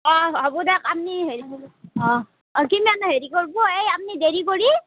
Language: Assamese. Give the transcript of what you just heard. অঁ হ'বো দেক আপনি হেৰি অঁ কিমান হেৰি কৰবো এই আপনি দেৰি কৰি